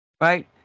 Right